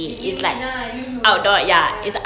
if win win lah you lose ya